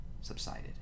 subsided